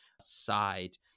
side